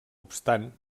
obstant